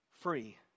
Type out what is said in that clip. free